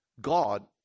God